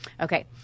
Okay